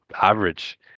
average